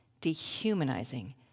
dehumanizing